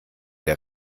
der